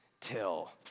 till